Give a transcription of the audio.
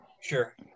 Sure